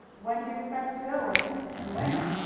when do you expect to go, ernest, and where?